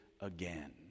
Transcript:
again